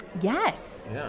Yes